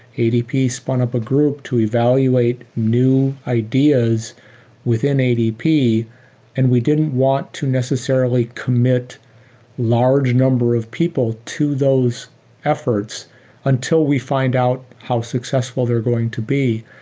adp spun up a group to evaluate new ideas within adp and we didn't want to necessarily commit large number of people to those efforts until we find out how successful they are going to be.